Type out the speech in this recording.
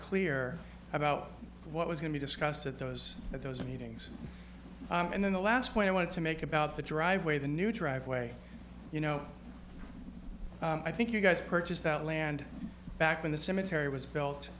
clear about what was going to discussed at those at those meetings and then the last point i wanted to make about the driveway the new driveway you know i think you guys purchased that land back when the cemetery was built